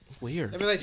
Weird